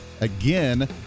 again